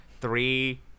three